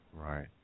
Right